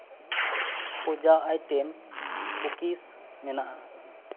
ᱯᱩᱡᱟ items cookies ᱢᱮᱱᱟᱜᱼᱟ